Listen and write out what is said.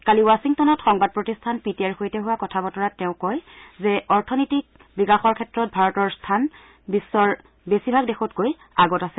কালি ৱাখিংটনত সংবাদ প্ৰতিষ্ঠান পি টি আইৰ সৈতে হোৱা কথা বতৰাত তেওঁ কয় যে অথনীতিক বিকাশৰ ক্ষেত্ৰত ভাৰতৰ স্থান বিশ্বৰ বেছিভাগ দেশতকৈ আগত আছে